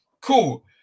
cool